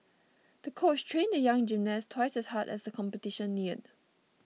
the coach trained the young gymnast twice as hard as the competition neared